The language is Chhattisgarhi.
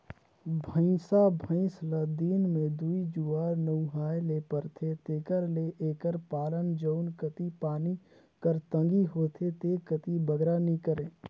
भंइसा भंइस ल दिन में दूई जुवार नहुवाए ले परथे तेकर ले एकर पालन जउन कती पानी कर तंगी होथे ते कती बगरा नी करें